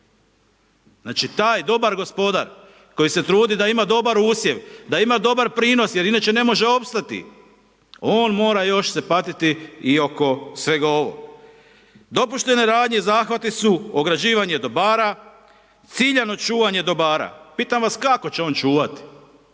Znači, taj dobar gospodar koji se trudi da ima dobar usjev, da ima dobar prinos jer inače ne može opstati, on mora još se patiti i oko svega ovog. Dopuštene radnje i zahvati su ograđivanje dobara, ciljano čuvanje dobara. Pitam vas kako će on čuvati?